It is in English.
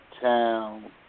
town